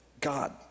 God